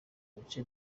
bice